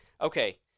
Okay